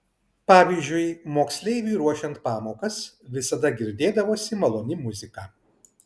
pavyzdžiui moksleiviui ruošiant pamokas visada girdėdavosi maloni muzika